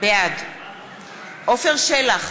בעד עפר שלח,